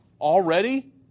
already